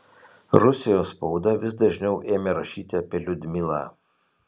rusijos spauda vis dažniau ėmė rašyti apie liudmilą